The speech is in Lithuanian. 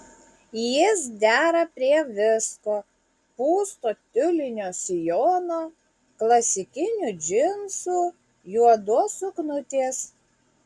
jis dera prie visko pūsto tiulinio sijono klasikinių džinsų juodos suknutės